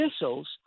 missiles